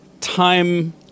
time